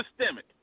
systemic